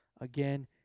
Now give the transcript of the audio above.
again